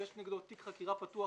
ויש נגדו תיק חקירה פתוח,